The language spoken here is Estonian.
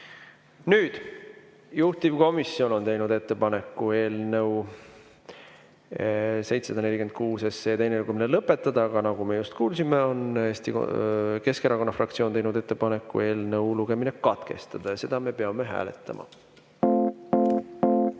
Nüüd, juhtivkomisjon on teinud ettepaneku eelnõu 746 teine lugemine lõpetada, aga nagu me just kuulsime, on Eesti Keskerakonna fraktsioon teinud ettepaneku eelnõu [teine] lugemine katkestada ja seda me peame hääletama. Head